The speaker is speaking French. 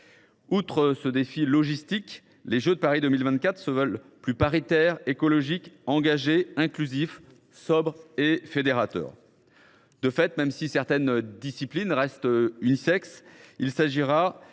sont un défi logistique, mais ils se veulent également plus paritaires, écologiques, engagés, inclusifs, sobres et fédérateurs. De fait, même si certaines disciplines restent unisexes, il s’agira